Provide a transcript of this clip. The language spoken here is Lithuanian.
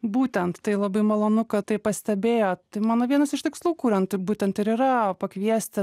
būtent tai labai malonu kad tai pastebėjot mano vienas iš tikslų kuriant būtent ir yra pakviesti